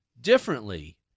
differently